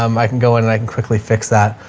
um i can go in and i can quickly fix that.